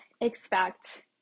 expect